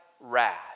wrath